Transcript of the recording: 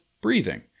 breathing